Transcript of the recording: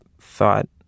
thought